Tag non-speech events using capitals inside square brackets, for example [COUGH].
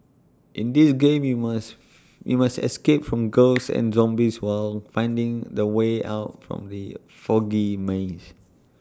in this game you must [NOISE] you must escape from [NOISE] ghosts and zombies while finding the way out from the foggy maze